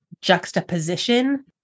juxtaposition